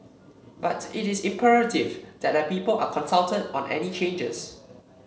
but it is imperative that the people are consulted on any changes